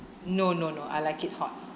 no no no I like it hot